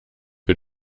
für